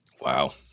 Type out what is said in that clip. Wow